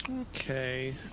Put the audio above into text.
Okay